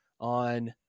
on